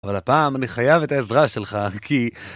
אבל הפעם אני חייב את העזרה שלך, כי...